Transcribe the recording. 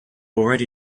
already